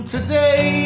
Today